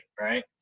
right